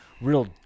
real